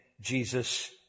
Jesus